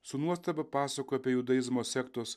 su nuostaba pasakojo apie judaizmo sektos